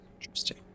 Interesting